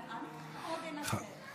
עוד אנצל, אל תדאג.